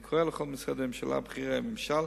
אני קורא לכל משרדי הממשלה ובכירי הממשל